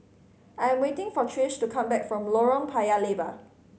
I am waiting for Trish to come back from Lorong Paya Lebar